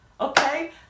okay